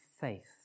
faith